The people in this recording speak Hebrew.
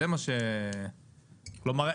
כלומר,